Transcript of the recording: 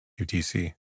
UTC